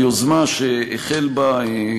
ביוזמה שהחל בה,